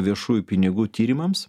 viešųjų pinigų tyrimams